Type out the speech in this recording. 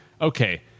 okay